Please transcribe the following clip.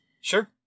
Sure